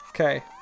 Okay